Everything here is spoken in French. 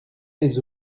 les